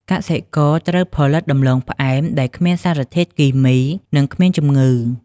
កសិករត្រូវផលិតដំឡូងផ្អែមដែលគ្មានសារធាតុគីមី និងគ្មានជំងឺ។